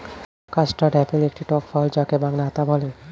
custard apple একটি টক ফল যাকে বাংলায় আতা বলে